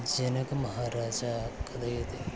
जनकमहाराजः कथयति